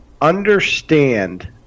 understand